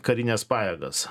karines pajėgas